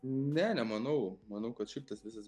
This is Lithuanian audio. ne nemanau manau kad šiaip tas visas